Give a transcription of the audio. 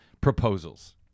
proposals